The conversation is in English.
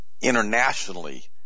internationally